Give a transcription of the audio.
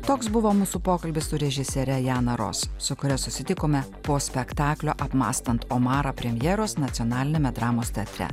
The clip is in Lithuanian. toks buvo mūsų pokalbis su režisiere jana ros su kuria susitikome po spektaklio apmąstant omarą premjeros nacionaliniame dramos teatre